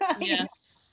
yes